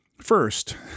First